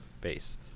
base